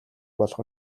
болох